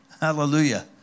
Hallelujah